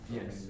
Yes